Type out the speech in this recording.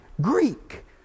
Greek